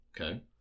Okay